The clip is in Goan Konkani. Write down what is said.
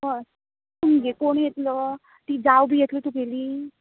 हय तुमगे कोण येतलो ती जाव बी येतली तुगेली